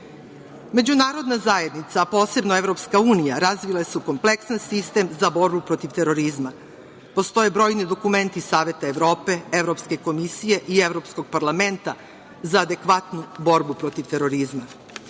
sprovesti.Međunarodna zajednica, a posebno EU, razvile su kompleksan sistem za borbu protiv terorizma. Postoje brojni dokumenti Saveta Evrope, Evropske komisije i Evropskog parlamenta za adekvatnu borbu protiv terorizma.Međutim,